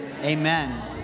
Amen